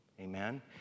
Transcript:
Amen